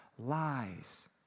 Lies